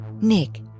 Nick